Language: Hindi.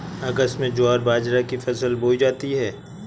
अगस्त में ज्वार बाजरा की फसल बोई जाती हैं